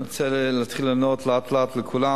אני רוצה להתחיל לענות לאט-לאט לכולם.